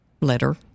letter